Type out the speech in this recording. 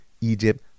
Egypt